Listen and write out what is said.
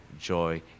Joy